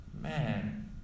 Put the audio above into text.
Man